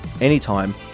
anytime